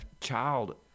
child